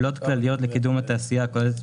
פעולות כלליות לקידום התעשייה הכוללות את